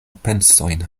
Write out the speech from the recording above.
pensojn